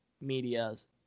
medias